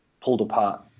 pulled-apart